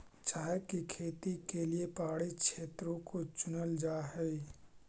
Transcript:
चाय की खेती के लिए पहाड़ी क्षेत्रों को चुनल जा हई